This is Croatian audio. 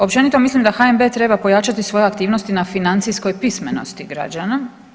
Općenito mislim da HNB da treba pojačati svoje aktivnosti na financijskoj pismenosti građana.